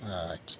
ᱟᱪᱪᱷᱟ